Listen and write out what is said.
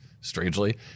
strangely